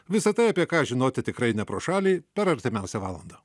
visa tai apie ką žinoti tikrai ne pro šalį per artimiausią valandą